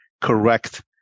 correct